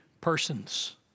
persons